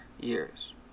years